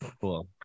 Cool